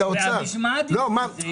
את מה שאתם מעבירים אני יודע.